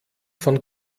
von